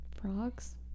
Frogs